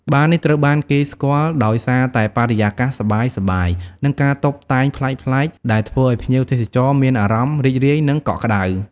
បារនេះត្រូវបានគេស្គាល់ដោយសារតែ បរិយាកាសសប្បាយៗ និងការតុបតែងប្លែកៗ ដែលធ្វើឲ្យភ្ញៀវទេសចរមានអារម្មណ៍រីករាយ និងកក់ក្ដៅ។